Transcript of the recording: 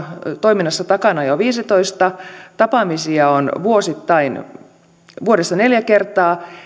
toiminnassa takana jo viisitoista tapaamisia on vuodessa neljä kertaa